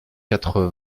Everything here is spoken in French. quatre